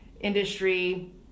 industry